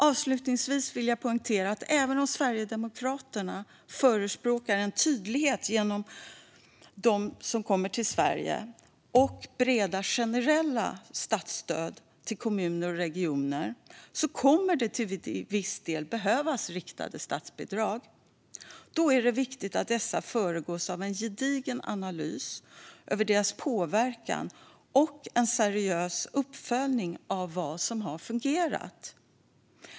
Avslutningsvis vill jag poängtera att även om Sverigedemokraterna förespråkar en tydlighet gentemot dem som kommer till Sverige och breda generella statsstöd till kommuner och regioner kommer det till viss del att behövas riktade statsbidrag. Då är det viktigt att dessa föregås av en gedigen analys av deras påverkan och en seriös uppföljning av vad som har fungerat.